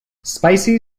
spicy